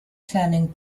planning